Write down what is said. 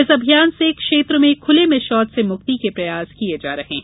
इस अभियान से क्षेत्र में खुले में शौच से म्क्ति के प्रयास किए जा रहे हैं